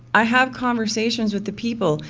i have conversations with the people.